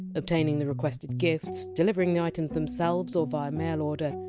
obtaining the requested gifts, delivering the items themselves or via mail order,